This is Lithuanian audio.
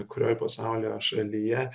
kurioj pasaulio šalyje